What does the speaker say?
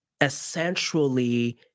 essentially